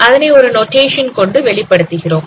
அதனை ஒரு நோடேஷன் கொண்டு வெளிப்படுத்துகிறோம்